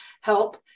Help